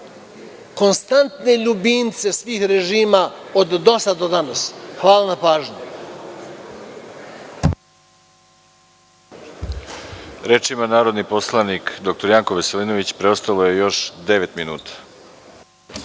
konstantne ljubimce režima od DOS-a do danas. Hvala na pažnji.